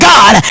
God